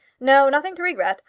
no nothing to regret.